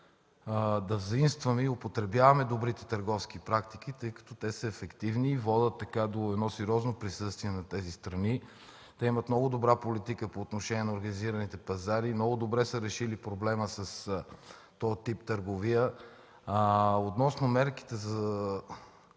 да заимстваме и употребяваме добрите търговски практики, тъй като те са ефективни и водят до сериозно присъствие на тези страни. Те имат много добра политика по отношение на организираните пазари, много добре са решили проблема с този тип търговия. Относно мерките за